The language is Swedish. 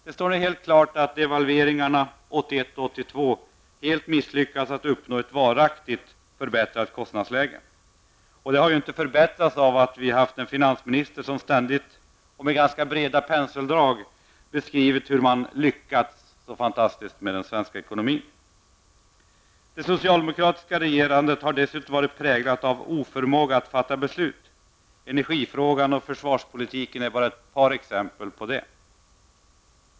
Det står helt klart att devalveringarna 1981 och 1982 helt misslyckats med att uppnå ett varaktigt förbättrat kostnadsläge. Detta har ju inte förbättrats av att vi haft en finansminister som ständigt, med ganska breda penseldrag, beskrivit hur fantastiskt bra man lyckats med den svenska ekonomin. Det socialdemokratiska regerandet har dessutom varit präglat av oförmåga att fatta beslut. Energifrågan och försvarspolitiken är bara några exempel på det.